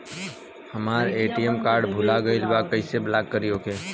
हमार ATM card भूला गईल बा कईसे ब्लॉक करी ओके?